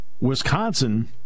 Wisconsin